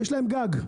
יש להם גג.